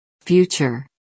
Future